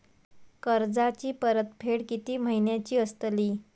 कर्जाची परतफेड कीती महिन्याची असतली?